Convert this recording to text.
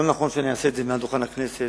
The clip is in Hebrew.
לא נכון שאני אעשה את זה מעל דוכן הכנסת,